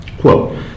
Quote